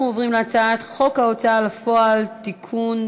אנחנו עוברים להצעת חוק ההוצאה לפועל (תיקון,